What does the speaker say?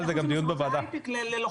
על איך עושים הסבות להייטק ללוחמים.